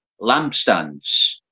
lampstands